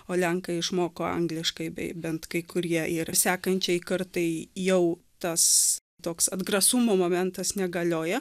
o lenkai išmoko angliškai bei bent kai kurie ir sekančiai kartai jau tas toks atgrasumo momentas negalioja